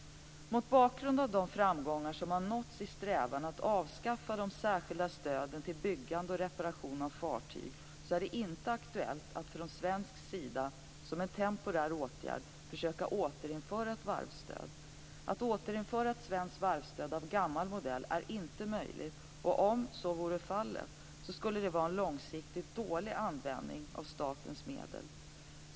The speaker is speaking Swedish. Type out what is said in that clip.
Mot bakgrund av de framgångar som har nåtts i strävan att avskaffa de särskilda stöden till byggande och reparation av fartyg är det inte aktuellt att från svensk sida, som en temporär åtgärd, försöka återinföra ett varvsstöd. Att återinföra ett svenskt varvsstöd av gammal modell är inte möjligt. Om så vore fallet skulle det vara en långsiktigt dålig användning av statens medel.